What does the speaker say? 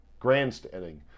grandstanding